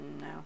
No